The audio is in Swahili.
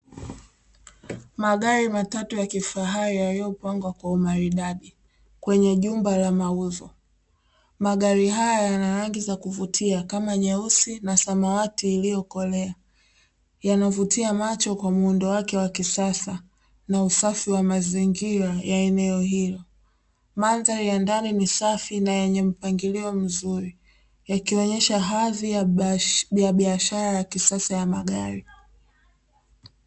Magari matatu ya kifahari yaliyopongwa kwa umaridadi kwenye jumba la mauzo, magari hayo yana rangi za kuvutia kama nyeusi na samawati iliyokolea, yanavutia macho kwa muundo wake wa kisasa na usafi wa mazingira ya eneo hili, mandhari ya ndani ni safi na yenye mpangilio mzuri yakionyesha hadhi ya biashara ya kisasa ya magari.